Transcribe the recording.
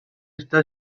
está